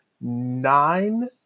nine